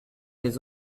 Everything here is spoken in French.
les